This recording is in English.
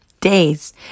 days